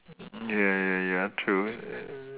mm ya ya ya true uh